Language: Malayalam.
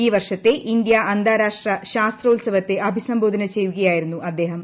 ഈ വർഷത്തെ ഇന്ത്യ അന്താരാഷ്ട്ര ശാസ് ത്രോത്സവത്തെ അഭിസംബോധന ചെയ്യുകയായിരുന്നു അദ്ദേഹം